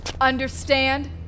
Understand